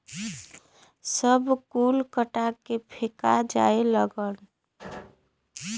सब कुल कटा के फेका जाए लगल